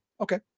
okay